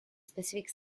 specific